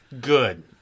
Good